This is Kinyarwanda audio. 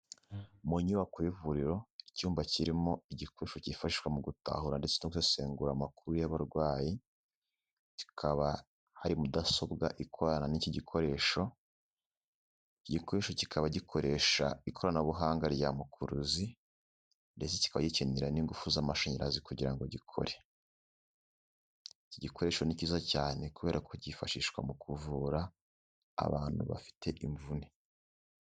Mu nyubako y'ivuriro icyumba kirimo igikoresho cyifashishwa mu gutahura ndetse no gusesengura amakuru y'abarwayi, kikaba hari mudasobwa ikorana n'iki gikoresho. Iki gikoresho kikaba gikoresha ikoranabuhanga rya mukuruzi, ndetse kikaba gikenera n'ingufu z'amashanyarazi kugira ngo gikore. Iki gikoresho ni cyiza cyane kubera ko cyifashishwa mu kuvura abantu bafite imvune.